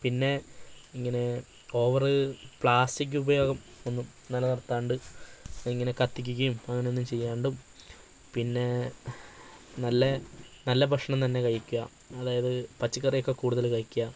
പിന്നെ ഇങ്ങനെ over plastic ഉപയോഗം ഒന്നും നിലനിർത്താണ്ട് ഇങ്ങനെ കത്തിക്കുകയും അങ്ങനെ ഒന്നും ചെയ്യാണ്ടും പിന്നെ നല്ല നല്ല ഭക്ഷണം തന്നെ കഴിക്കുക അതായത് പച്ചക്കറിയൊക്കെ കൂടുതൽ കഴിക്കുക